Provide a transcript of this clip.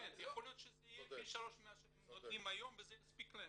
יכול להיות שזה יהיה פי שלוש ממה שהם נותנים היום וזה יספיק להם,